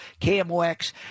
KMOX